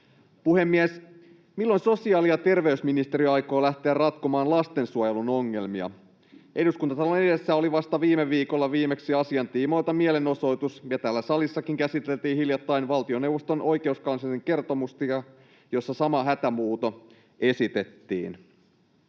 Puhemies! Milloin sosiaali- ja terveysministeriö aikoo lähteä ratkomaan lastensuojelun ongelmia? Eduskuntatalon edessä oli vasta viime viikolla viimeksi asian tiimoilta mielenosoitus, ja täällä salissakin käsiteltiin hiljattain valtioneuvoston oikeuskanslerin kertomusta, jossa sama hätähuuto esitettiin.